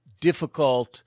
Difficult